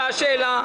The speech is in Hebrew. מה השאלה.